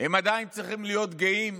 הם עדיין צריכים להיות גאים